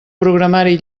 programari